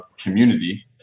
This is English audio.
community